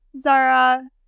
zara